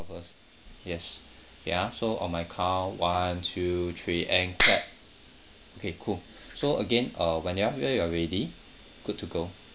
because yes yeah so on my count one two three and clap okay cool so again uh whenever you are ready good to go